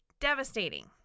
devastating